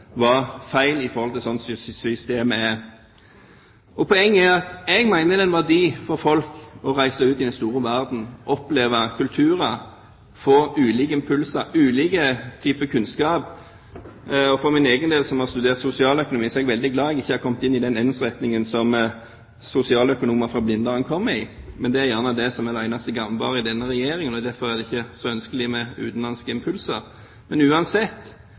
var feil i forhold til sånn systemet er. Poenget er at jeg mener det er en verdi for folk å reise ut i den store verden, oppleve kulturer, få ulike impulser, ulike typer kunnskaper, og for min egen del, som har studert sosialøkonomi, er jeg veldig glad jeg ikke kom inn i den ensrettingen som sosialøkonomer fra Blindern kom i. Men det er gjerne det som er det eneste gangbare i denne regjeringen, og derfor er det ikke så ønskelig med utenlandske impulser. Men uansett: